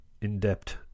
in-depth